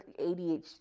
adhd